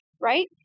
right